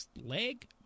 Leg